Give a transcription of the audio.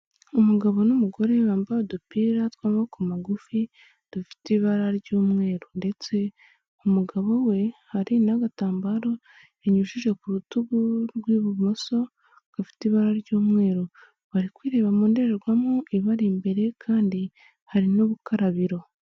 Umugabo n'umugore we bambaye udupira tw'amaboko magufi dufite ibara ry'umweru ndetse, umugabo we hari n'agatambaro binyujije ku rutugu rw'ibumoso gafite ibara ry'umweru, bari kwireba mu ndorerwamo ibari imbere kandi hari n'ubukarabiro.